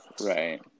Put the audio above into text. Right